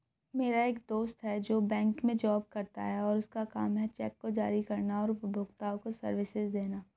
मेरा एक दोस्त है जो बैंक में जॉब करता है और उसका काम है चेक को जारी करना और उपभोक्ताओं को सर्विसेज देना